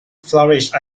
flourished